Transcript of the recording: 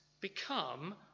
become